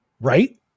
right